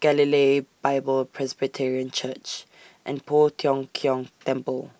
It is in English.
Galilee Bible Presbyterian Church and Poh Tiong Kiong Temple